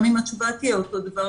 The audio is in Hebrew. גם אם התשובה תהיה אותו דבר,